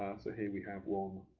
so here we have one,